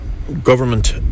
Government